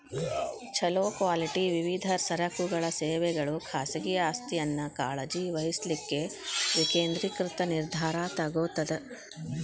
ಛೊಲೊ ಕ್ವಾಲಿಟಿ ವಿವಿಧ ಸರಕುಗಳ ಸೇವೆಗಳು ಖಾಸಗಿ ಆಸ್ತಿಯನ್ನ ಕಾಳಜಿ ವಹಿಸ್ಲಿಕ್ಕೆ ವಿಕೇಂದ್ರೇಕೃತ ನಿರ್ಧಾರಾ ತೊಗೊತದ